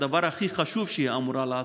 בדבר הכי חשוב שהיא אמורה לעשות,